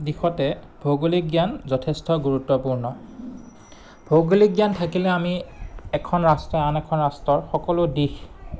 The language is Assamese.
দিশতে ভৌগোলিক জ্ঞান যথেষ্ট গুৰুত্বপূৰ্ণ ভৌগোলিক জ্ঞান থাকিলে আমি এখন ৰাষ্ট্ৰই আন এখন ৰাষ্ট্ৰৰ সকলো দিশ